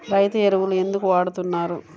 రైతు ఎరువులు ఎందుకు వాడుతున్నారు?